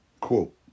Quote